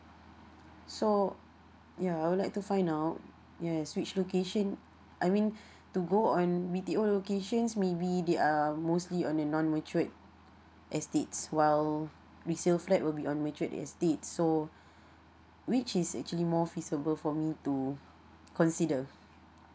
so ya I would like to find out yes which location I mean to go on B_T_O locations maybe they are mostly on a non matured estates while resale flat will be on matured estates so which is actually more feasible for me to consider